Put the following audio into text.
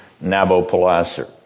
Nabopolassar